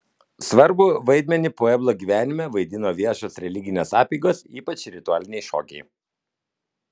svarbų vaidmenį pueblo gyvenime vaidino viešos religinės apeigos ypač ritualiniai šokiai